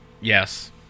Yes